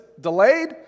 delayed